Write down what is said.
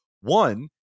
one